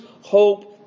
hope